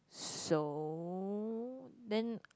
so then